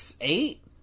eight